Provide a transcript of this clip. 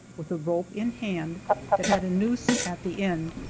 with a rope in hand that had a noose at the end,